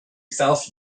south